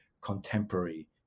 contemporary